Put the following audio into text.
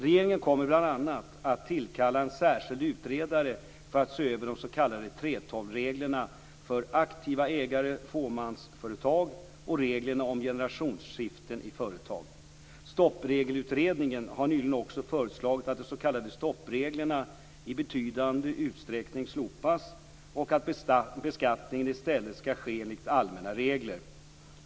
Regeringen kommer bl.a. att tillkalla en särskild utredare för att se över de s.k. 3:12-reglerna för aktiva ägare i fåmansföretag och reglerna om generationsskiften i företag. Stoppregelutredningen har nyligen också föreslagit att de s.k. stoppreglerna i betydande utsträckning slopas och att beskattningen i stället skall ske enligt allmänna regler.